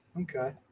Okay